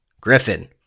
Griffin